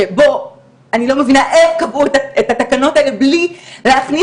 שבו אני לא מבינה איך קבעו את התקנות האלה בלי להכניס